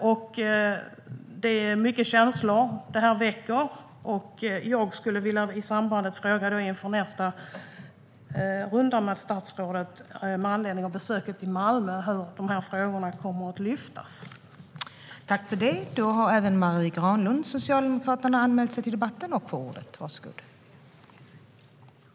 Det här väcker mycket känslor, och jag skulle inför nästa runda i debatten med statsrådet vilja fråga hur de här frågorna kommer att lyftas i samband med besöket i Malmö.